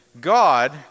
God